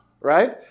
right